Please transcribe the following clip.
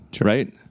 right